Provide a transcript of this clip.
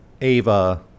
Ava